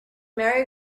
merry